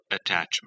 attachment